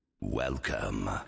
Welcome